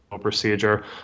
procedure